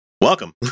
welcome